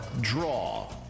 draw